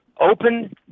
open